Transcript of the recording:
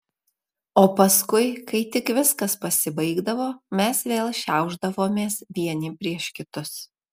o paskui kai tik viskas pasibaigdavo mes vėl šiaušdavomės vieni prieš kitus